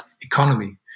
economy